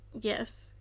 Yes